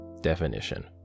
Definition